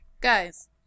Guys